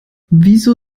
wieso